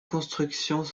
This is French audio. constructions